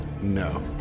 No